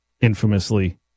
infamously